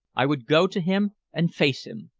i would go to him and face him.